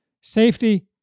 safety